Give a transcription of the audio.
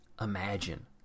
Imagine